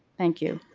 thank you.